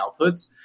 outputs